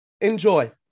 enjoy